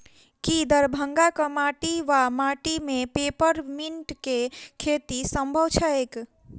की दरभंगाक माटि वा माटि मे पेपर मिंट केँ खेती सम्भव छैक?